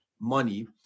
money